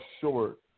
short